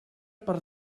per